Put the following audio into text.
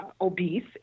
obese